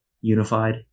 unified